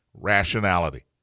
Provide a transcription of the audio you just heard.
rationality